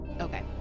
Okay